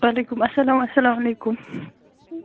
وعلیکُم اَسَلام اَسَلام علیکُم